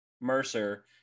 mercer